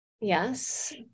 Yes